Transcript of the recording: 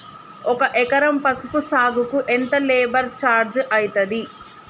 ఒక ఎకరం పసుపు సాగుకు ఎంత లేబర్ ఛార్జ్ అయితది?